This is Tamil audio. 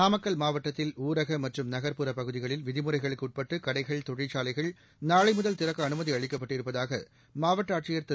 நாமக்கல் மாவட்டத்தில் ஊரக மற்றும் நகர்ப்புற பகுதிகளில் விதிமுறைகளுக்கு உட்பட்டு கடைகள் தொழிற்சாலைகள் நாளை முதல் திறக்க அனுமதி அளிக்கப்பட்டிருப்பதாக மாவட்ட ஆட்சியர் திரு